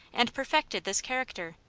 and perfected this character.